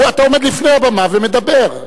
אתה עומד לפני הבמה ומדבר.